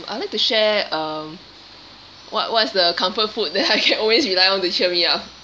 I would like to share uh what what's the comfort food that I can always rely on to cheer me up